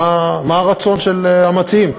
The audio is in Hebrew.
מה רצון המציעים?